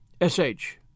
S.H